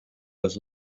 los